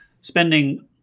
spending